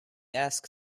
ask